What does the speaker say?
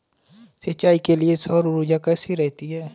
सिंचाई के लिए सौर ऊर्जा कैसी रहती है?